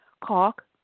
Calk